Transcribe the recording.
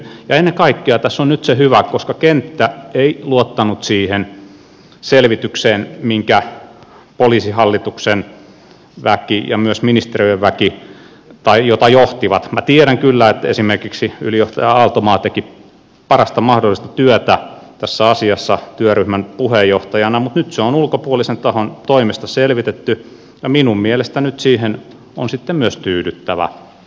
ja ennen kaikkea tässä on nyt se hyvä että koska kenttä ei luottanut siihen selvitykseen jota poliisihallituksen väki ja myös ministeriön väki johtivat minä tiedän kyllä että esimerkiksi ylijohtaja aaltomaa teki parasta mahdollista työtä tässä asiassa työryhmän puheenjohtajana niin nyt se on ulkopuolisen tahon toimesta selvitetty ja minun mielestäni nyt siihen on sitten myös tyydyttävä